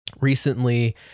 Recently